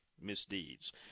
misdeeds